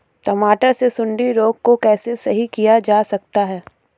टमाटर से सुंडी रोग को कैसे सही किया जा सकता है?